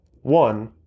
One